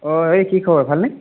অঁ এই কি খবৰ ভাল নে